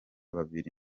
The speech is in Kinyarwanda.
babiri